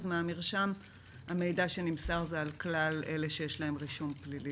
אז מהמרשם המידע שנמסר זה על כלל אלה שיש להם רישום פלילי,